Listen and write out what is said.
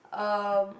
um